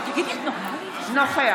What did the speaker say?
נוכח.